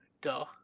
Duh